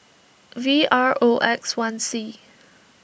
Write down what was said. V R O X one C